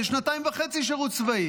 לשנתיים וחצי שירות צבאי.